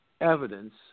evidence